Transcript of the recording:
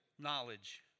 knowledge